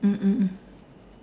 mm mm